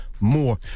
more